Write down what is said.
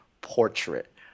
portrait